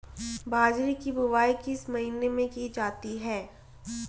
बाजरे की बुवाई किस महीने में की जाती है?